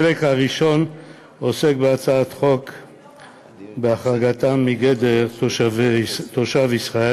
החלק הראשון עוסק בהחרגתם מגדר תושב ישראל